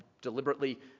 deliberately